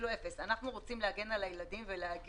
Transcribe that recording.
אנחנו רוצים להגן על הילדים ולומר